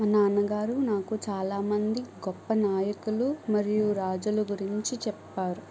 మా నాన్నగారు నాకు చాలామంది గొప్ప నాయకులు మరియు రాజుల గురించి చెప్పారు